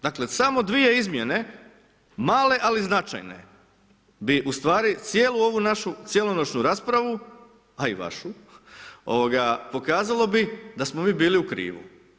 Dakle samo dvije izmjene, male ali značajne bi ustvari cijelu ovu našu, cjelonoćnu raspravu a i vašu, pokazalo bi da smo mi bili u krivu.